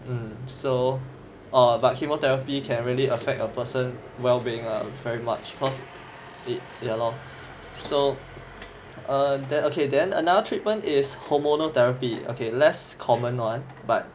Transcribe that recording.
mm so oh but chemotherapy can really affect a person wellbeing err very much cause it ya lor so err okay then okay then another treatment is hormonal therapy okay less common one but